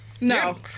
No